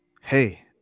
hey